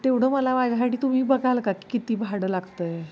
तेवढं मला माझ्यासाठी तुम्ही बघाल का की किती भाडं लागत आहे